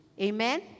Amen